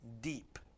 deep